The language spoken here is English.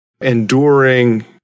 enduring